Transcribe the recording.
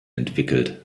entwickelt